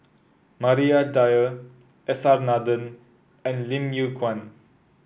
Maria Dyer S R Nathan and Lim Yew Kuan